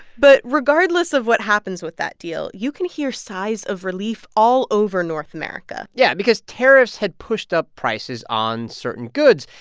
but regardless of what happens with that deal, you can hear sighs of relief all over north america yeah, because tariffs had pushed up prices on certain goods.